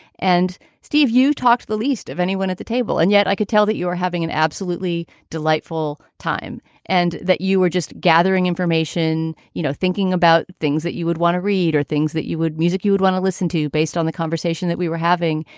and steve, you talk to the least of anyone at the table. and yet i could tell that you are having an absolutely delightful time and that you were just gathering information, you know, thinking about. things that you would want to read are things that you would music you would want to listen to based on the conversation that we were having.